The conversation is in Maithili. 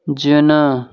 जेना